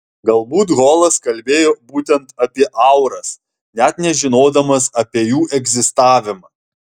galbūt holas kalbėjo būtent apie auras net nežinodamas apie jų egzistavimą